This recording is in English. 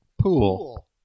pool